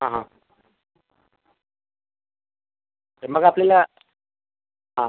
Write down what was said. हां हां तर मग आपल्याला हां